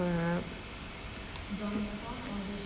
uh